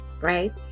right